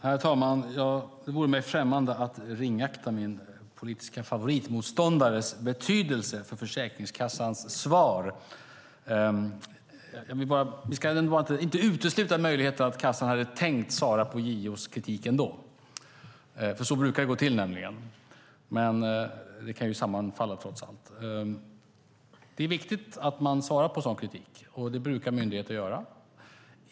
Herr talman! Det vore mig främmande att ringakta min politiska favoritmotståndares betydelse för Försäkringskassans svar. Vi ska inte utesluta möjligheten att kassan hade tänkt svara på JO:s kritik ändå. Så brukar det nämligen gå till. Men det kan sammanfalla, trots allt. Det är viktigt att man svarar på sådan kritik. Det brukar myndigheter göra.